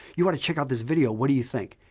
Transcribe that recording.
you've got to check out this video. what do you think?